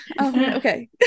okay